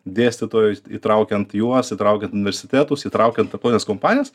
dėstytojus įtraukiant juos įtraukiant universitetus įtraukiant tokias kompanijas